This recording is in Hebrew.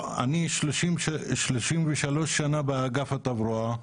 אני 33 שנה באגף התברואה.